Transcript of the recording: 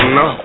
no